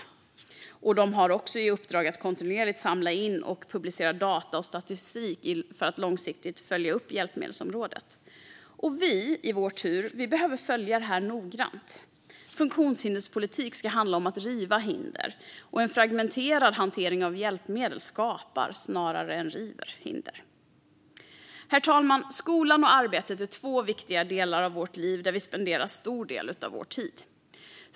Socialstyrelsen har också i uppdrag att kontinuerligt samla in och publicera data och statistik i syfte att långsiktigt följa upp hjälpmedelsområdet. Vi politiker behöver i vår tur följa detta noggrant. Funktionshinderspolitik ska handla om att riva hinder. En fragmenterad hantering av hjälpmedel snarare skapar än river hinder. Herr talman! Skolan och arbetet är två viktiga delar av våra liv där vi spenderar stora delar av vår tid.